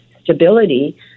stability